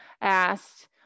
asked